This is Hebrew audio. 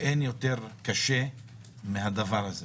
ואין יותר קשה מן הדבר הזה.